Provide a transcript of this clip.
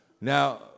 Now